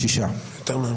תת-רמה.